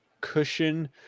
cushion